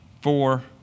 four